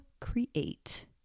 create